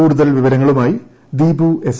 കൂടുതൽ വിവരങ്ങളുമായി ദീപു എസ്